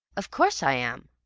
of course i am,